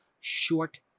short